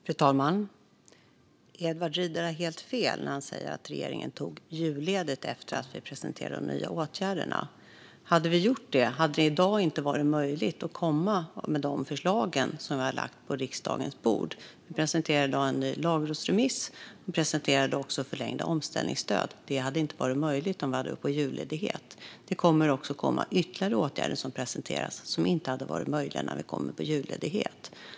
Fru talman! Edward Riedl har helt fel när han säger att regeringen tog julledigt efter att vi presenterat de nya åtgärderna. Hade vi gjort det hade det i dag inte varit möjligt att komma med de förslag som vi nu har lagt på riksdagens bord. Vi presenterade i dag en ny lagrådsremiss, och vi presenterade också förlängda omställningsstöd. Det hade inte varit möjligt om vi hade åkt på julledighet. Det kommer också ytterligare åtgärder som presenteras och som inte hade varit möjliga om vi hade varit på julledighet.